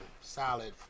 solid